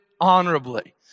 honorably